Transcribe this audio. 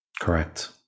Correct